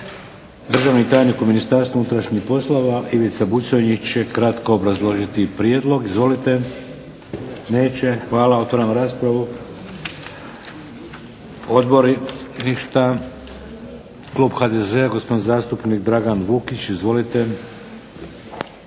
Državni tajnik u Ministarstvu unutrašnjih poslova Ivica Buconjić će kratko obrazložiti prijedlog. Izvolite. … /Upadica se ne razumije./… Neće. Hvala. Otvaram raspravu. Odbori? Ništa. Klub HDZ-a, gospodin zastupnik Dragan Vukić. Izvolite.